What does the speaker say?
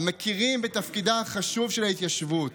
המכירים בתפקידה החשוב של ההתיישבות,